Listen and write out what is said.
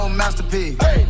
masterpiece